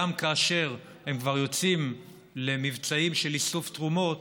גם כאשר הם כבר יוצאים למבצעים של איסוף תרומות,